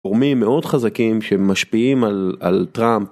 גורמים מאוד חזקים שמשפיעים על טראמפ.